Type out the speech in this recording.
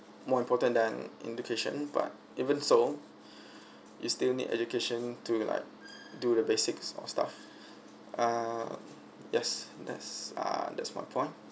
more important than education but even so you still need education to like do the basics or stuff ah yes that's ah that's my point